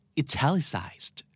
italicized